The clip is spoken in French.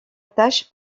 tâche